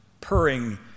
purring